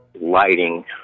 lighting